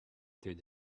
through